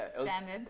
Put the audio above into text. standard